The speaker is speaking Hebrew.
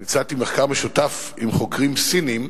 הצעתי מחקר משותף עם חוקרים סינים,